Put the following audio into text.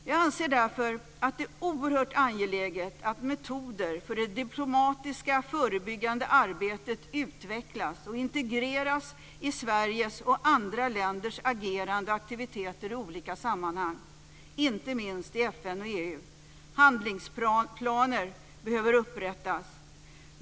Jag anser därför att det är oerhört angeläget att metoder för det diplomatiska förebyggande arbetet utvecklas och integreras i Sveriges och andra länders agerande och aktiviteter i olika sammanhang, inte minst i FN och EU. Handlingsplaner behöver upprättas.